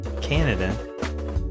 Canada